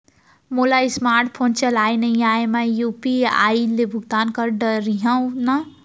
मोला smart phone चलाए नई आए मैं यू.पी.आई ले भुगतान कर डरिहंव न?